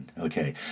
Okay